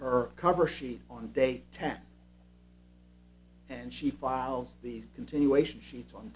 her cover sheet on day ten and she files the continuation sheets on